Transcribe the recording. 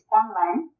online